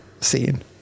scene